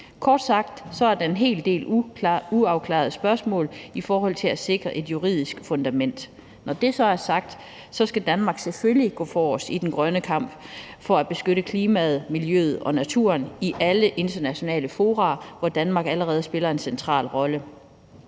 Kort sagt er der en hel del uafklarede spørgsmål i forhold til at sikre et juridisk fundament. Når det så er sagt, skal Danmark selvfølgelig gå forrest i den grønne kamp for at beskytte klimaet, miljøet og naturen i alle internationale fora, hvor Danmark allerede spiller en central rolle